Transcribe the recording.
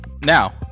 now